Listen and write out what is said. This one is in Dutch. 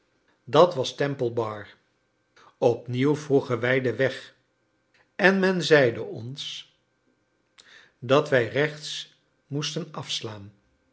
dat was temple bar opnieuw vroegen wij den weg en men zeide ons dat wij rechts moesten afslaan